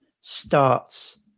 starts